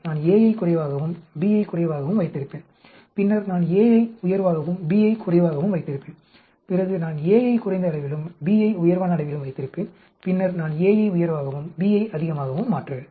நான் A ஐ குறைவாகவும் B ஐ குறைவாகவும் வைத்திருப்பேன் பின்னர் நான் A ஐ உயர்வாகவும் B ஐ குறைவாகவும் வைத்திருப்பேன் பிறகு நான் A ஐ குறைந்த அளவிலும் B ஐ உயர்வான அளவிலும் வைத்திருப்பேன் பின்னர் நான் A ஐ உயர்வாகவும் B ஐ அதிகமாகவும் மாற்றுவேன்